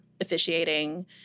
officiating